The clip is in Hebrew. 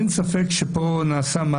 אין ספק שנעשה פה מהלך,